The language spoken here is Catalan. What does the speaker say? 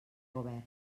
govern